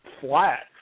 flat